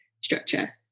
structure